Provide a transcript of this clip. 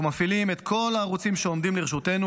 אנחנו מפעילים את כל הערוצים שעומדים לרשותנו